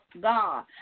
God